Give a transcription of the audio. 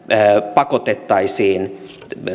pakotettaisiin